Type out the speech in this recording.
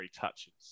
touches